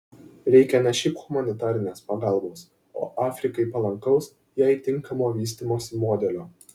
reikia ne šiaip humanitarinės pagalbos o afrikai palankaus jai tinkamo vystymosi modelio